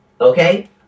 okay